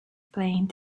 playing